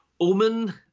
Omen